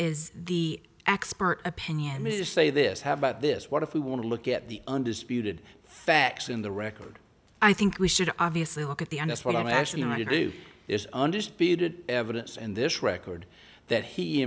is the expert opinion is say this have about this what if we want to look at the undisputed facts in the record i think we should obviously look at the end us what i actually want to do is under speeded evidence and this record that he